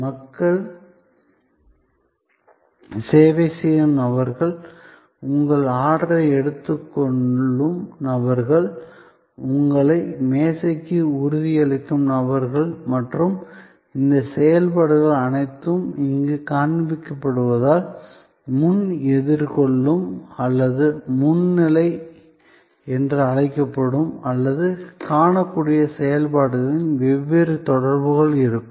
மக்கள் சேவை செய்யும் நபர்கள் உங்கள் ஆர்டரை எடுத்துக் கொள்ளும் நபர்கள் உங்களை மேசைக்கு உறுதியளிக்கும் நபர்கள் மற்றும் இந்த செயல்பாடுகள் அனைத்தும் இங்கு காண்பிக்கப்படுவதால் முன் எதிர்கொள்ளும் அல்லது முன் நிலை என்று அழைக்கப்படும் அல்லது காணக்கூடிய செயல்பாடுகளுடன் வெவ்வேறு தொடர்புகள் இருக்கும்